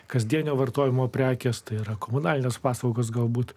kasdienio vartojimo prekės tai yra komunalinės paslaugos galbūt